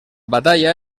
batalla